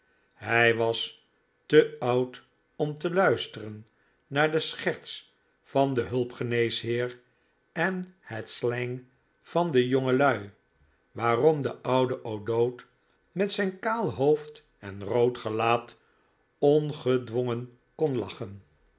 hij was te oud om te luisteren naar de scherts van den hulpgeneesheer en het slang van de jongelui waarom de oude o'dowd met zijn kaal hoofd en rood gelaat ongedwongen icon lachen